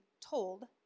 told